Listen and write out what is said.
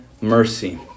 mercy